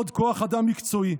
עוד כוח אדם מקצועי,